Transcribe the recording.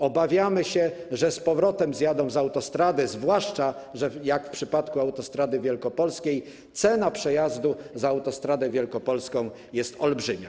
Obawiamy się, że z powrotem zjadą z autostrady, zwłaszcza że - jak przypadku autostrady wielkopolskiej - cena przejazdu autostradą jest olbrzymia.